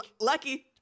Lucky